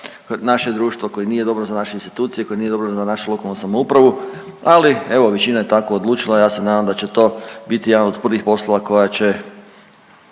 naše društvo, koje nije dobro za naše institucije, koje nije dobro za našu lokalnu samoupravu ali evo većina je tako odlučila. Ja se nadam da će to biti jedan od prvih poslova koja će,